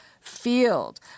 field